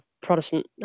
Protestant